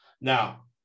Now